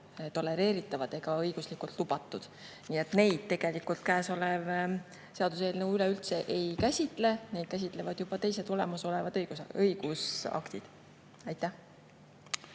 tolereeritavad ega õiguslikult lubatud. Neid käesolev seaduseelnõu üleüldse ei käsitle. Neid käsitlevad juba teised olemasolevad õigusaktid. Aitäh!